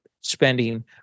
spending